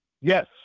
Yes